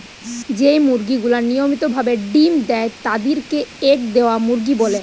যেই মুরগি গুলা নিয়মিত ভাবে ডিম্ দেয় তাদির কে এগ দেওয়া মুরগি বলে